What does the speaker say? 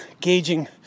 gauging